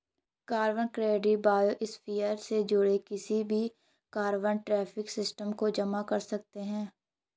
carbon credit biosphere से जुड़े किसी भी कार्बन ट्रेडिंग सिस्टम को जाम कर सकते हैं